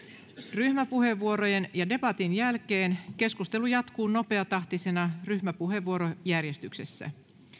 ryhmäpuheenvuorojen ja debatin jälkeen keskustelu jatkuu nopeatahtisena ryhmäpuheenvuorojärjestyksessä